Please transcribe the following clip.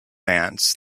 ants